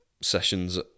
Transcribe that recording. sessions